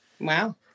Wow